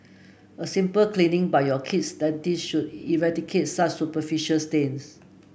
a simple cleaning by your kid's dentist should eradicate such superficial stains